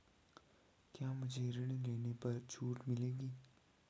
क्या मुझे ऋण लेने पर छूट मिलेगी?